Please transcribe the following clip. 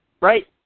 Right